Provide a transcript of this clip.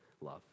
love